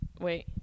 wait